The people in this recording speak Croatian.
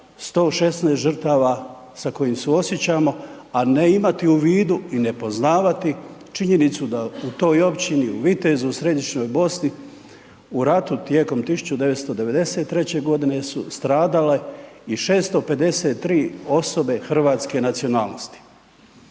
116 žrtava sa kojima suosjećamo, a ne imati u vidu i ne poznavati činjenicu da u toj općini, u Vitezu, u središnjoj Bosni, u ratu tijekom 1993.g. su stradale i 653 osobe hrvatske nacionalnosti.